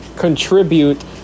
Contribute